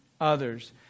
others